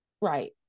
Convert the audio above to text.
right